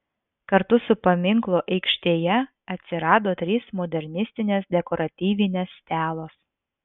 kartu su paminklu aikštėje atsirado trys modernistinės dekoratyvinės stelos